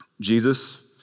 Jesus